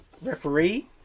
referee